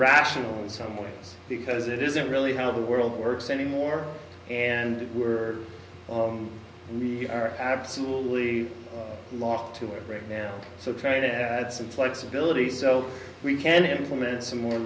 irrational in some ways because it isn't really how the world works anymore and we're on we are absolutely lost to it right now so trying to add some flexibility so we can implement some more